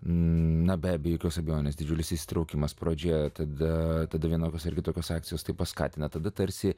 namie be jokios abejonės didelis įsitraukimas pradžia tada tada vienokios ar kitokios akcijos tai paskatina tada tarsi